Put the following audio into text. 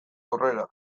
aurrera